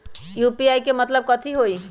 UPI के मतलब कथी होई?